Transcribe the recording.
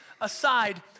aside